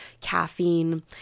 caffeine